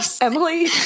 Emily